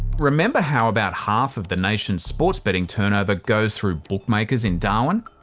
remember how about half of the nation's sports betting turnover goes through bookmakers in darwin?